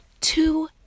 two